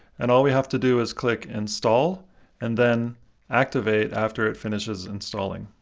and all we have to do is click install and then activate after it finishes installing.